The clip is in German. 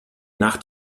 nach